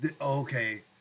okay